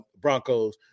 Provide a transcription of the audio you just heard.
Broncos